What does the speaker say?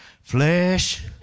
flesh